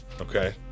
Okay